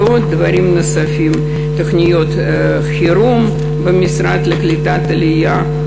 ודברים נוספים: תוכניות חירום במשרד לקליטת העלייה,